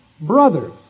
brothers